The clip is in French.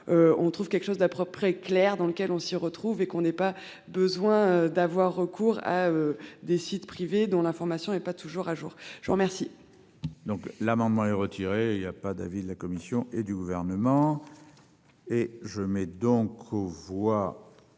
On trouve quelque chose de propret clair dans lequel on s'y retrouve et qu'on n'ait pas besoin d'avoir recours à des sites privés dont l'information est pas toujours à jour. Je vous remercie.